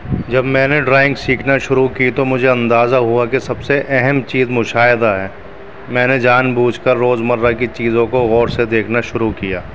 جب میں نے ڈرائنگ سیکھنا شروع کی تو مجھے اندازہ ہوا کہ سب سے اہم چیز مشاہدہ ہے میں نے جان بوجھ کر روزمرہ کی چیزوں کو غور سے دیکھنا شروع کیا